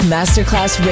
Masterclass